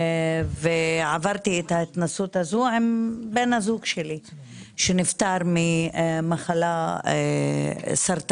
עברתי את ההתנסות הזו עם בן הזוג שלי שנפטר ממחלה סרטנית,